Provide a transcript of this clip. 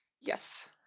Yes